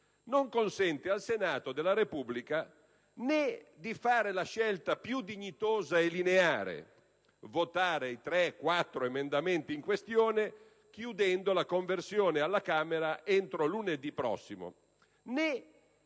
non consente al Senato della Repubblica né di fare la scelta più dignitosa e lineare, ossia di votare i tre o quattro emendamenti in questione chiudendo la conversione alla Camera entro lunedì prossimo, né di fare la scelta - poco dignitosa certo,